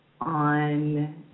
on